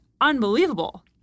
unbelievable